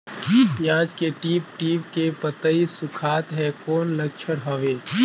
पियाज के टीप टीप के पतई सुखात हे कौन लक्षण हवे?